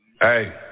hey